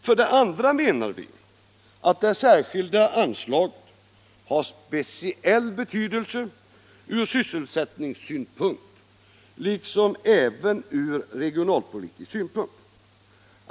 För det andra menar vi att det särskilda anslaget har speciell betydelse ur sysselsättningssynpunkt och även ur regionalpolitisk synpunkt.